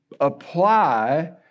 apply